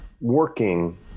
working